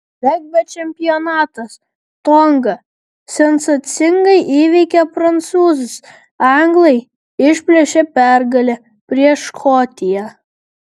regbio čempionatas tonga sensacingai įveikė prancūzus anglai išplėšė pergalę prieš škotiją